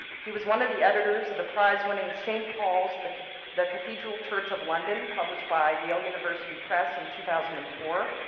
he was one of the editors of the prize-winning st. paul's the the cathedral church of london published by yale university press in two thousand and four,